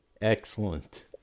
Excellent